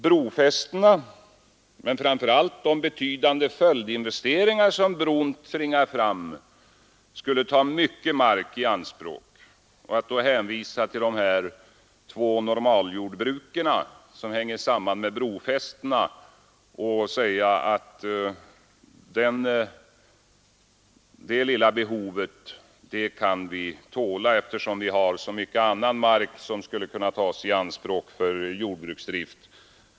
Brofästena och de betydande följdinvesteringar som bron framtvingar skulle ta mycket mark i anspråk. Man har hänvisat till att brofästena bara skulle uppta en storlek motsvarande två normaljordbruk, och man har sagt att det lilla kan vi tåla, eftersom vi har så mycket annan mark som skulle kunna tas i anspråk för jordbruksdrift.